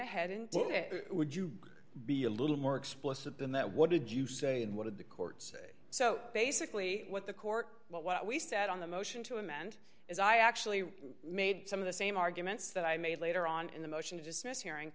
ahead and did it would you be a little more explicit than that what did you say and what did the court say so basically what the court what we said on the motion to amend is i actually made some of the same arguments that i made later on in the motion to dismiss hearing